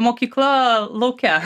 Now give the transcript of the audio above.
mokykla lauke